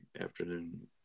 afternoon